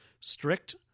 strict